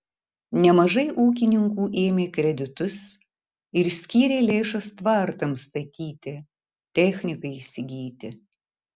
nemažai ūkininkų ėmė kreditus ir skyrė lėšas tvartams statyti technikai įsigyti